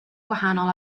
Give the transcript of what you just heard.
gwahanol